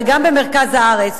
וגם במרכז הארץ,